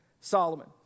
Solomon